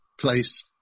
place